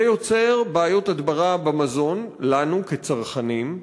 זה יוצר בעיות הדברה במזון לנו, כצרכנים,